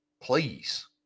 please